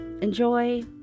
enjoy